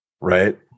Right